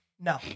No